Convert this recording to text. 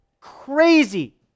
crazy